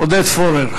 עודד פורר.